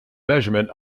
measurement